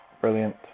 brilliant